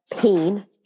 pain